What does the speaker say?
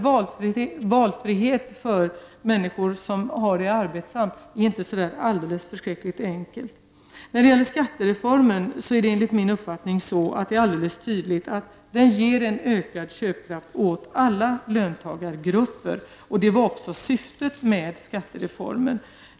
Valfrihet för människor som har det arbetsamt är det inte så enkelt att åstad Skattereformen ger enligt min uppfattning helt klart en ökad köpkraft åt alla löntagargrupper. Det var också syftet med skattereformen.